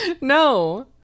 No